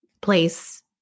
place